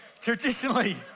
traditionally